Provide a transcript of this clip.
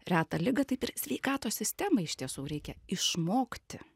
retą ligą taip ir sveikatos sistemai iš tiesų reikia išmokti